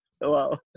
Wow